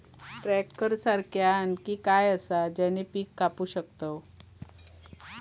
Tractor सारखा आणि काय हा ज्याने पीका कापू शकताव?